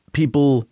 people